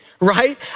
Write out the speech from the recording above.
right